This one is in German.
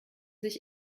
sich